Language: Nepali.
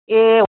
ए